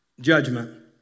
Judgment